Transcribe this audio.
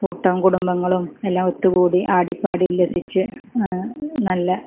കൂട്ടം കുടുംബങ്ങളും എല്ലാം ഒത്തുകൂടി ആടിപ്പാടി ഉല്ലസിച്ച് നല്ല